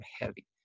heavy